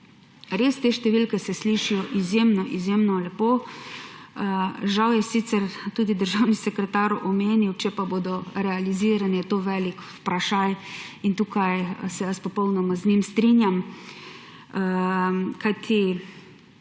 Te številke se res slišijo izjemno izjemno lepo. Žal je sicer tudi državni sekretar omenil, če pa bodo realizirani, je to velik vprašaj. In tukaj se jaz popolnoma z njim strinjam, kajti